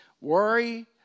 Worry